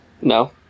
no